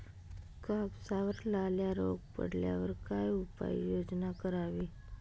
कापसावर लाल्या रोग पडल्यावर काय उपाययोजना करावी?